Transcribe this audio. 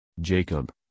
Jacob